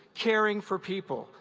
caring for people,